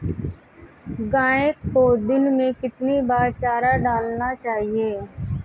गाय को दिन में कितनी बार चारा डालना चाहिए?